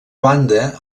banda